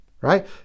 right